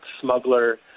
smuggler